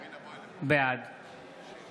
(קורא בשמות חברי הכנסת) בועז טופורובסקי,